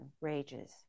rages